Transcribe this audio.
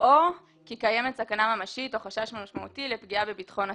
או כי קיימת סכנה ממשית תוך חשש משמעותי לפגיעה בביטחון הציבור.